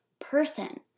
person